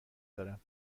دارم